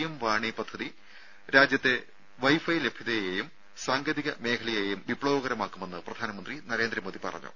M വാണി പദ്ധതി രാജ്യത്തെ വൈഫൈ ലഭ്യതയെയും സാങ്കേതിക മേഖലയെയും വിപ്ലവകരമാക്കുമെന്ന് പ്രധാനമന്ത്രി നരേന്ദ്രമോദി പറഞ്ഞു